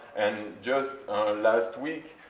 and just last week,